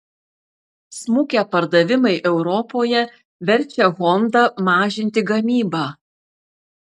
smukę pardavimai europoje verčia honda mažinti gamybą